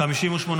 נתקבל.